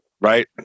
right